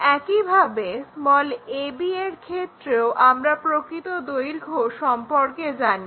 একইভাবে ab এর ক্ষেত্রেও আমরা প্রকৃত দৈর্ঘ্য সম্পর্কে জানি